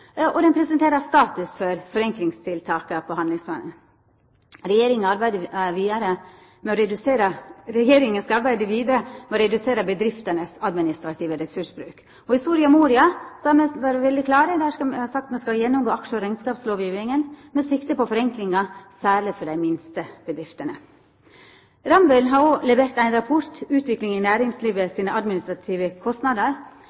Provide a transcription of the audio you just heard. og han presenterer status for forenklingstiltaka frå handlingsplanen. Regjeringa skal arbeida vidare for å redusera bedriftenes administrative ressursbruk. I Soria Moria-erklæringa er me veldig klare. Der har me sagt at me skal gjennomgå aksje- og rekneskapslovgjevinga med sikte på forenklingar, særleg for dei minste bedriftene. Rambøll har òg levert ein rapport, Utvikling i